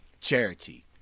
charity